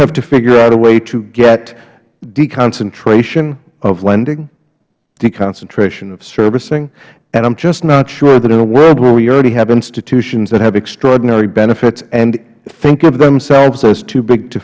have to figure out a way to get deconcentration of lending deconcentration of servicing and i am just not sure that in a world where we already have institutions that have extraordinary benefits and think of themselves as too big to